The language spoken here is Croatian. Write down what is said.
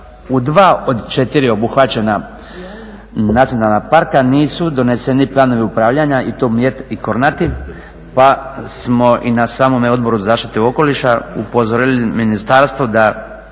u 2 od 4 obuhvaćena nacionalna parka nisu doneseni planovi upravljanja i to Mljet i Kornati, pa smo i na samome Odboru zaštite okoliša upozorili ministarstvo da